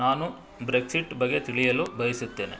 ನಾನು ಬ್ರೆಕ್ಸಿಟ್ ಬಗ್ಗೆ ತಿಳಿಯಲು ಬಯಸುತ್ತೇನೆ